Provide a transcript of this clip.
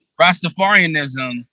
Rastafarianism